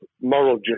moral